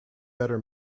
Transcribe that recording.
better